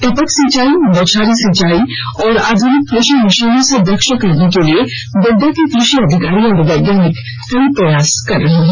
टपक सिंचाई बौछारी सिंचाई और आधुनिक कृषि मशीनों से दक्ष करने के लिए गोड्डा के कृषि अधिकारी और वैज्ञानिक कई प्रयास कर रहे हैं